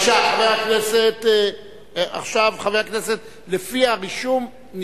בבקשה, עכשיו לפי הרישום.